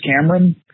Cameron